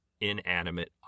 inanimate